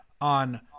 on